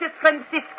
Francisco